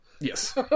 Yes